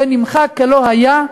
ונמחק כלא היה,